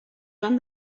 joan